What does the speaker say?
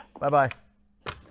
Bye-bye